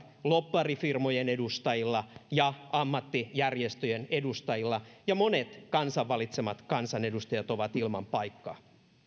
lobbarifirmojen edustajilla ja ammattijärjestöjen edustajilla ja monet kansan valitsemat kansanedustajat ovat ilman paikkaa